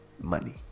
Money